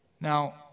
Now